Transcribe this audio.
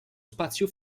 spazio